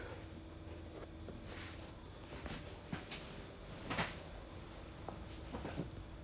ya then like who's who's gonna pay for all that then you like 等下 in you know like 这种东西 like corona all that happen